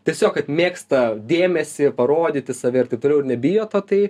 tiesiog kad mėgsta dėmesį parodyti save ir taip toliau nebijo to tai